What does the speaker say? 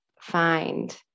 find